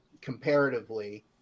comparatively